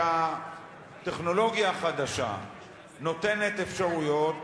שהטכנולוגיה החדשה נותנת אפשרויות,